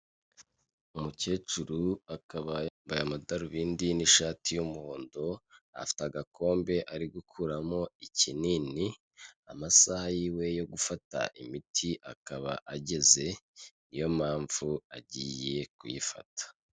Umukecuru akaba yambaye amadarubindi n'ishati y'umuhondo, afite agakombe ari gukuramo ikinini, amasaha y'iwe yo gufata imiti akaba ageze, ni yo mpamvu agiye kuyifata.